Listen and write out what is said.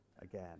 again